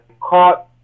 caught